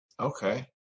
Okay